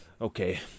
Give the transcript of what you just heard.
Okay